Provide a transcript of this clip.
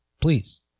please